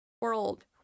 world